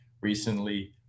recently